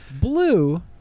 blue